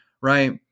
right